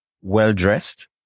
well-dressed